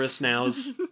nows